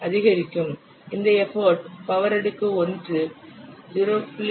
அதிகரிக்கும் இந்த effort power அடுக்கு 1 0